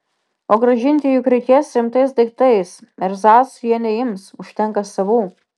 o grąžinti juk reikės rimtais daiktais erzacų jie neims užtenka savų